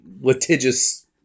litigious